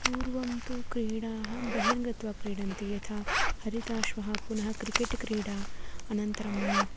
पूर्वं तु क्रीडाः बहिर्गत्वा क्रीडन्ति यथा हरिताश्वः पुनः क्रिकेट् क्रीडा अनन्तरम्